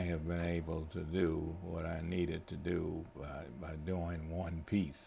have been able to do what i needed to do by doing one piece